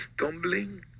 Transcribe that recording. Stumbling